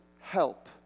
help